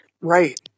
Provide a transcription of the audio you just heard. right